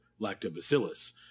lactobacillus